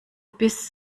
biss